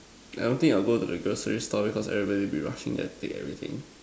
I don't think I will go to the groceries store because everybody will be rushing and to take everything